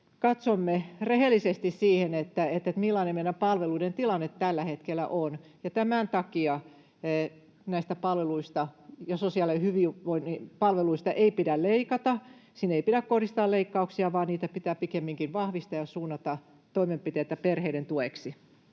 katsomme rehellisesti sitä, millainen meidän palveluiden tilanne tällä hetkellä on. Tämän takia näistä palveluista ja sosiaali- ja hyvinvointipalveluista ei pidä leikata, sinne ei pidä kohdistaa leikkauksia, vaan niitä pitää pikemminkin vahvistaa ja suunnata toimenpiteitä perheiden tueksi.